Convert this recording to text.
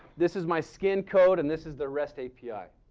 this is my skin code and this is the rest api,